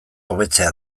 hobetzea